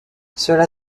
cela